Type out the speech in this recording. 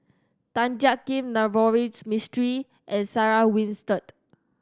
Tan Jiak Kim Navroji Mistri and Sarah Winstedt